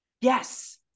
Yes